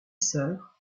sœur